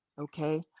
okay